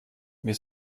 mir